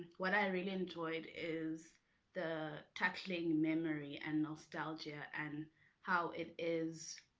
what i really enjoyed is the tackling memory and nostalgia and how it is